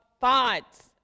thoughts